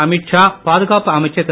அமித் ஷா பாதுகாப்பு அமைச்சர் திரு